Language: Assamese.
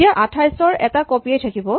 এতিয়া ২৮ ৰ এটা কপিয়েই থাকিব